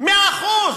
מאה אחוז.